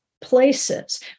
places